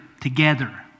together